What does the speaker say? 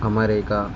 America